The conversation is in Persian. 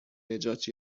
نجات